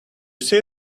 see